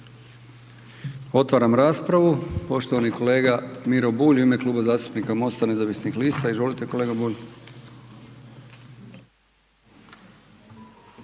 Otvaram raspravu, poštovani kolega Miro Bulj u ime Kluba zastupnika MOST-a nezavisnih lista, izvolite kolega Bulj.